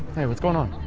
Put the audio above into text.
hey what's going on